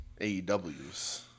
AEWs